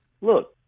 Look